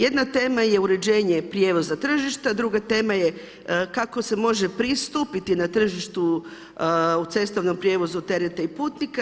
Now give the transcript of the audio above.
Jedna tema je uređenje prijevoza tržišta, druga tema je kako se može pristupiti na tržištu u cestovnom prijevozu tereta i putnika.